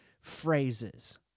phrases